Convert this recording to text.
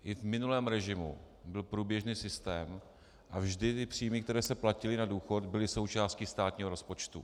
V minulém režimu byl průběžný systém a vždy příjmy, které se platily na důchod, byly součástí státního rozpočtu.